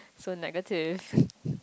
so negative